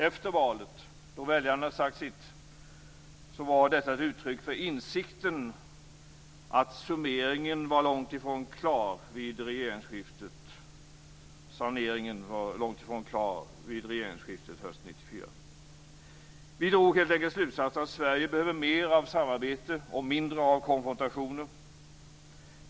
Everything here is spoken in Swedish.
Efter valet, då väljarna hade sagt sitt, var detta ett uttryck för insikten att saneringen var långt ifrån klar vid regeringsskiftet hösten 1994. Vi drog slutsatsen att Sverige behöver mer av samarbete och mindre av konfrontationer.